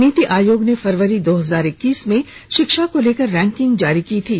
नीति आयोग ने फरवरी दो हजार एक्कीस में शिक्षा को लेकर रैंकिंग जारी की थी